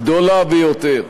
גדולה ביותר: